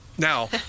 Now